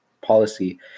policy